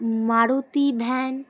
Maruti van